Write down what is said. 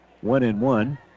one-and-one